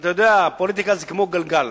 אתה יודע, פוליטיקה זה כמו גלגל.